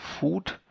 food